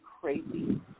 crazy